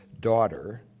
daughter